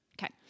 Okay